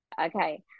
Okay